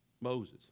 Moses